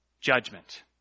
judgment